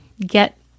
get